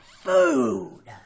Food